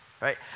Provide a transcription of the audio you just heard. Right